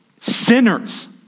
sinners